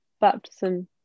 baptism